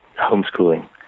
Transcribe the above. homeschooling